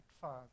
Father